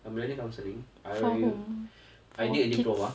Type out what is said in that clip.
I'm learning counselling I I did a diploma